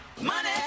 Money